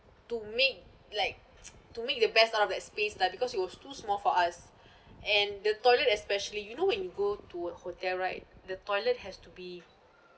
to make like to make the best out of that space lah because it was too small for us and the toilet especially you know when you go to a hotel right the toilet has to be